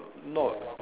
not